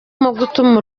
gutuma